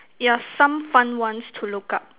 yeah some fun ones to look up